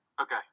okay